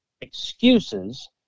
excuses